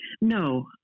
No